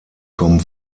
kommen